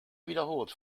wiederholt